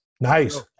Nice